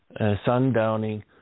sundowning